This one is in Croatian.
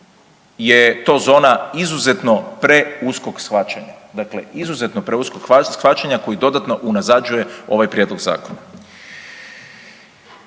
je to zona izuzetno preuskog shvaćanja. Dakle, izuzetno pruskog shvaćanja koji dodatno unazađuje ovaj prijedlog zakona.